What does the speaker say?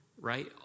right